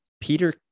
Peter